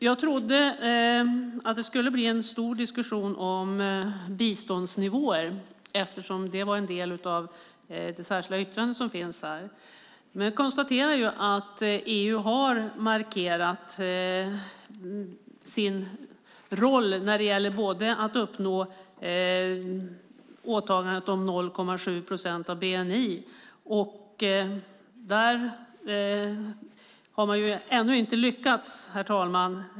Jag trodde att det skulle bli en stor diskussion om biståndsnivåer, eftersom det var en del av det särskilda yttrandet. Men jag konstaterar att EU har markerat sin roll när det gäller åtagandet att uppnå 0,7 procent av bni. Man har ännu inte lyckats, herr talman.